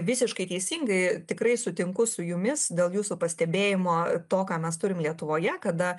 visiškai teisingai tikrai sutinku su jumis dėl jūsų pastebėjimo to ką mes turim lietuvoje kada